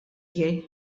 tiegħi